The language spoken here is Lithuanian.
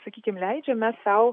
sakykim leidžiam mes sau